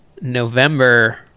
November